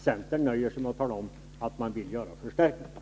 Centern nöjer sig med att tala om var man vill göra förstärkningar.